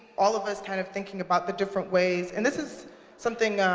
all of us kind of thinking about the different ways and this is something